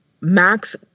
Max